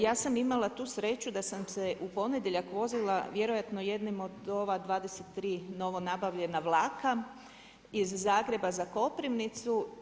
Ja sam imala tu sreću da sam se u ponedjeljak vozila vjerojatno jednim od ova 23 novonabavljena vlaka iz Zagreba za Koprivnicu.